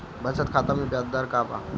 बचत खाता मे ब्याज दर का बा?